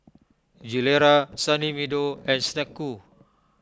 Gilera Sunny Meadow and Snek Ku